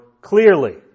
clearly